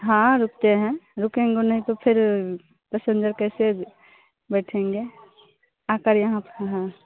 हाँ रुकते हैं रुकेंगे नहीं तो फिर पैसेन्जर कैसे बैठेंगे आकर यहाँ पर हाँ